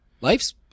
Life's